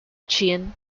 ginn